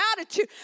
attitude